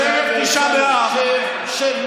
לא האמנתי שערב תשעה באב, שב מייד.